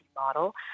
model